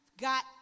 got